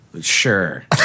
Sure